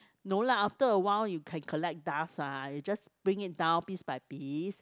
no lah after awhile you can collect dust what you just bring it down piece by piece